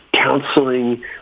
counseling